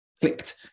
clicked